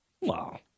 Wow